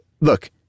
look